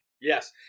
Yes